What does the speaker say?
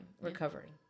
recovering